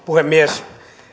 puhemies